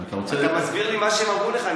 אתה מסביר לי מה שהם אמרו לך.